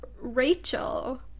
Rachel